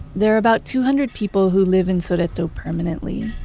there are about two hundred people who live in sodeto permanently,